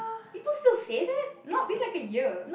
people still say that it's been like a year